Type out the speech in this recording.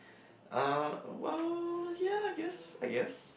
uh well ya I guess I guess